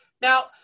Now